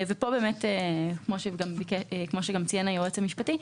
וכמו שציין היועץ המשפטי,